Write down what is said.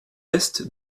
est